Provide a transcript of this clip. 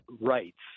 rights